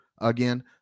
again